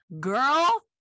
Girl